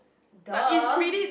dumb